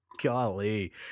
golly